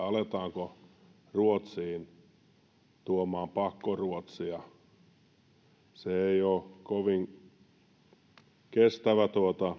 aletaanko suomeen tuomaan pakkoruotsia se ei ole kovin kestävä